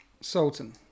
sultan